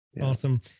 awesome